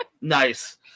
Nice